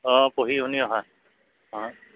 অঁ পঢ়ি শুনি অহা অঁ